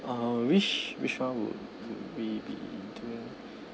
I which which [one] would would we be doing